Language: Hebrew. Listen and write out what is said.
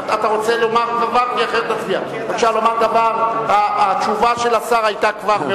אתה רוצה לומר דבר, כי אחרת נצביע?